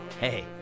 Hey